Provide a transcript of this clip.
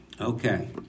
Okay